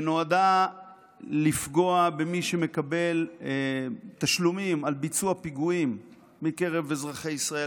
שנועדה לפגוע במי שמקבל תשלומים על ביצוע פיגועים מקרב אזרחי ישראל,